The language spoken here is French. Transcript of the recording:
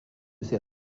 ses